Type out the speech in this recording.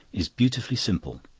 is beautifully simple.